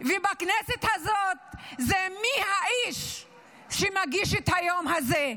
ובכנסת הזאת הוא מי האיש שמגיש את היום הזה.